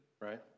Right